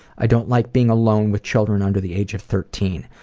i don't like being alone with children under the age of thirteen.